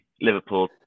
Liverpool